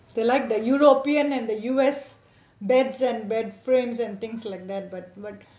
they like the european and the U_S beds and bed frames and things like that but but mm